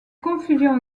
confusion